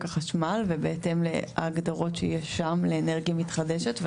החשמל ובהתאם להגדרות שיש שם לאנרגיה מתחדשת.